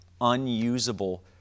unusable